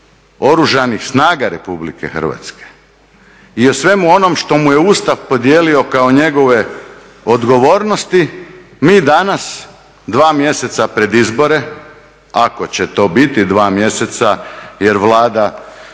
Oružanih snaga RH i o svemu onom što mu je Ustav podijelio kao njegove odgovornosti, mi danas 2 mjeseca pred izbora, ako će to biti 2 mjeseca jer Vlada